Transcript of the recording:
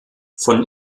von